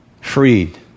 freed